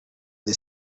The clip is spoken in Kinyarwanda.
the